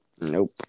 Nope